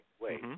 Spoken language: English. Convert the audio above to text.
Wait